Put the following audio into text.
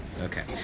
Okay